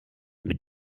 mit